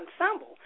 Ensemble